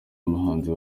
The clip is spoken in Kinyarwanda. muhanzi